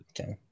okay